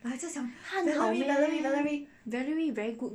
她很好 meh valerie very good meh ya lah but is she good she's not good to be honest